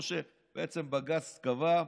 כמו שבג"ץ קבע,